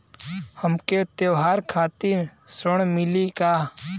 हमके त्योहार खातिर ऋण मिली का?